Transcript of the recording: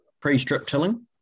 pre-strip-tilling